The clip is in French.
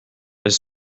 elle